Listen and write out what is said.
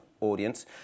audience